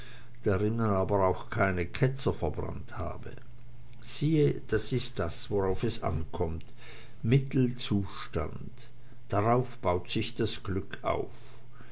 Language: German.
aber auch keine ketzer verbrannt habe sieh das ist das worauf es ankommt mittelzustand darauf baut sich das glück auf